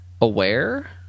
aware